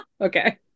Okay